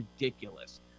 ridiculous